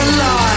Alive